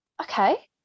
okay